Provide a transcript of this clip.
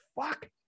fuck